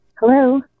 Hello